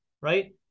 right